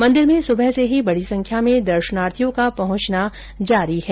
मंदिर में सुबह से ही बडी संख्या में दर्शनार्थियों का पहुचना जारी है